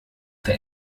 der